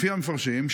לפי המפרשים,